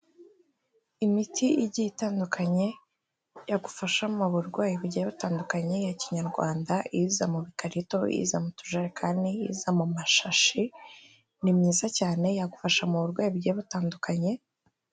Imiti igiye itandukanye yagufasha mu burwayi bugiye butandukanye ya Kinyarwanda, iza mu bikarito, ize m'utujerekani, iza mu mashashi. Ni mwiza cyane yagufasha mu burwayi bugiye butandukanye.